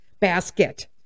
basket